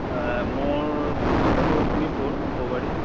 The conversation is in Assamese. মোৰ ঘৰটো শোণিতপুৰ ঔবাৰী